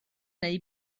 neu